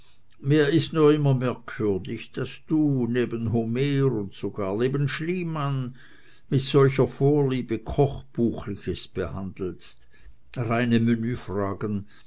mir ist nur immer merkwürdig daß du neben homer und sogar neben schliemann mit solcher vorliebe kochbuchliches behandelst reine